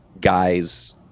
guys